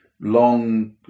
long